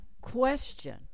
question